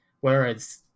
whereas